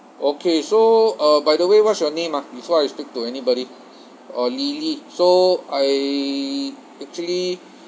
okay so uh by the way what's your name ah before I speak to anybody orh lily so I actually